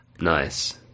Nice